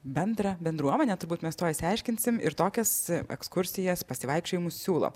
bendrą bendruomenę turbūt mes tuoj išsiaiškinsim ir tokias ekskursijas pasivaikščiojimus siūlo